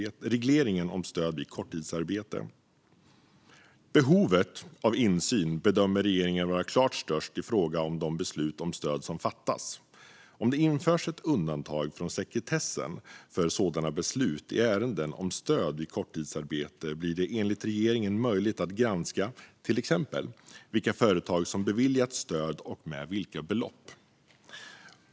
Undantag från sekretess för vissa beslut som rör stöd vid korttidsarbete Behovet av insyn bedömer regeringen vara klart störst i fråga om de beslut om stöd som fattas. Om det införs ett undantag från sekretessen för sådana beslut i ärenden om stöd vid korttidsarbete blir det enligt regeringen möjligt att granska till exempel vilka företag som beviljats stöd och med vilka belopp.